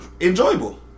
Enjoyable